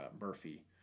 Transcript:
Murphy